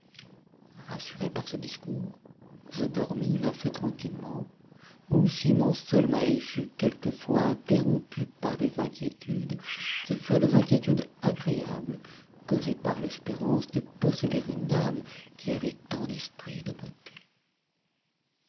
rassuré par ce discours je dormis assez tranquillement ou si mon sommeil fut quelquefois interrompu par des inquiétudes ce furent des inquiétudes agréables causées par l'espérance de posséder une dame qui avait tant d'esprit et de beauté